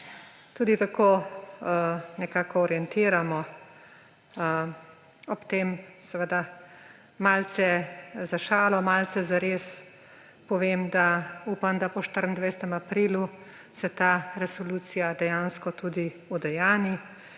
tudi tako nekako orientiramo. Ob tem seveda malce za šalo, malce zares povem, da upam, da se po 24. aprilu ta resolucija dejansko tudi udejanji